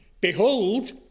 Behold